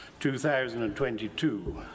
2022